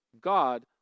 God